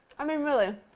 i mean, really!